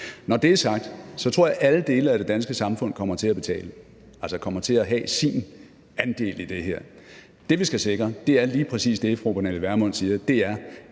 Når det er sagt, tror jeg, at alle dele af det danske samfund kommer til at betale – altså kommer til at have sin andel i det her. Det, vi skal sikre, er lige præcis det, fru Pernille Vermund siger. Grisen